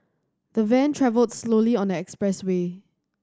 the van travelled slowly on the expressway